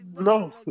No